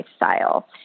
lifestyle